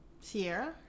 Sierra